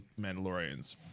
Mandalorians